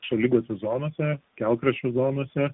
šaligatvių zonose kelkraščių zonose